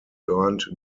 earned